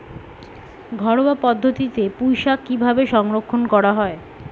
ঘরোয়া পদ্ধতিতে পুই শাক কিভাবে সংরক্ষণ করা হয়?